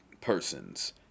persons